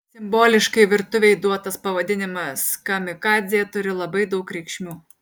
simboliškai virtuvei duotas pavadinimas kamikadzė turi labai daug reikšmių